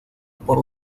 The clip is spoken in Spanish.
por